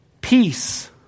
Peace